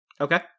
Okay